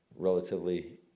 Relatively